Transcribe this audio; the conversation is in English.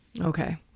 Okay